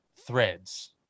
threads